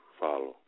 follow